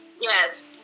Yes